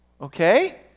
okay